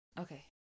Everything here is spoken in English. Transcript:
Okay